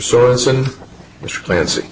sorenson which clancy